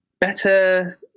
better